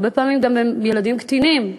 הרבה פעמים הם ילדים קטינים,